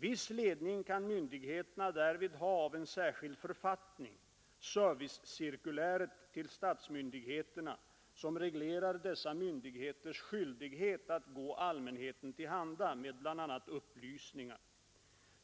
Viss ledning kan myndigheterna därvid ha av en särskild författning, servicecirkuläret till statsmyndigheterna, som reglerar dessa myndigheters skyldighet att gå allmänheten till handa med bl.a. upplysningar.